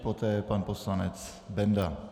Poté pan poslanec Benda.